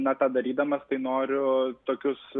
na tą padarydamas tai noriu tokius